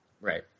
Right